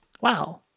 Wow